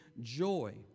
joy